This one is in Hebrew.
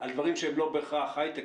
על דברים שהם לא בהכרח ההיי-טק.